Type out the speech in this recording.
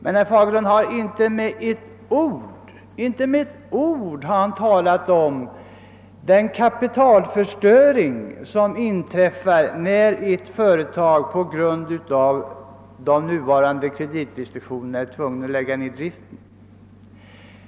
Herr Fagerlund har inte med ett enda ord berört den kapitalförstöring som inträffar då ett företag på grund av de nuvarande kreditrestriktionerna tvingas inställa driften.